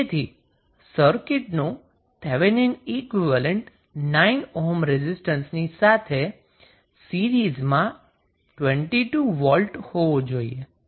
તેથી સર્કિટનુ Thevenin equivalent 9 ohm resistance ની સાથે સીરીઝમાં 22 વોલ્ટ હોવુ જોઈએ